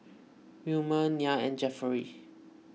Wilmer Nyah and Jefferey